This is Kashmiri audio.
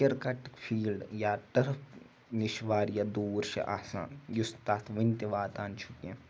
کِرکَٹ فیٖلڈٕ یا ٹٕرٕف نِش واریاہ دوٗر چھِ آسان یُس تَتھ وٕنۍ تہِ واتان چھُ کینٛہہ